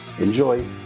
Enjoy